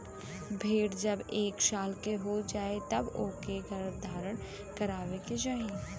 भेड़ जब एक साल के हो जाए तब ओके गर्भधारण करवाए के चाही